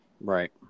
Right